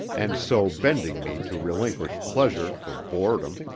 and so bending me to relinquish pleasure for boredom.